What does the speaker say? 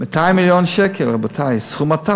200 מיליון שקל, רבותי, סכום עתק,